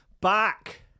back